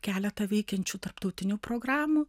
keletą veikiančių tarptautinių programų